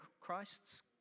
Christ's